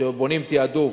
כשבונים תעדוף,